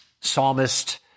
psalmist